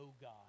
God